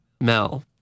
Mel